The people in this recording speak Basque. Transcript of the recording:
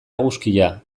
eguzkia